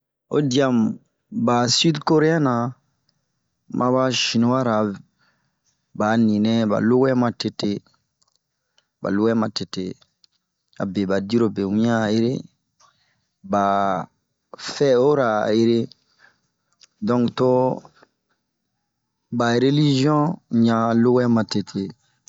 Ba sidkoriɛn ra ma ba sinuwa ra, ba'a ninɛ ba lowɛ matete. ba low matete. A bie ba dirobe ŋian 'a ere, ba se'ora wure a ere, donke to ba reliziɔn ɲa lowɛ matete.